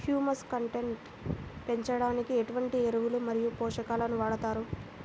Humus content పెంచడానికి ఎటువంటి ఎరువులు మరియు పోషకాలను వాడతారు?